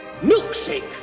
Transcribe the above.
milkshake